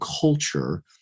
culture